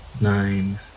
Nine